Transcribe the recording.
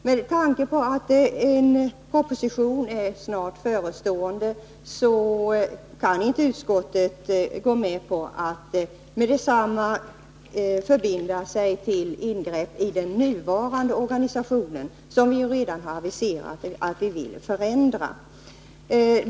Med tanke på att en proposition är snart förestående kan inte utskottet gå med på att med detsamma förbinda sig till ingrepp i den nuvarande organisationen, som vi redan har aviserat att vi vill förändra.